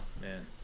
man